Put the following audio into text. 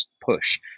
push